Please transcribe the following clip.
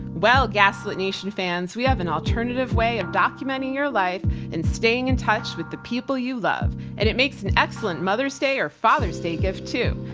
well, gaslit nation fans, we have an alternative way of documenting your life and staying in touch with the people you love and it makes an excellent mother's day or father's day gift too.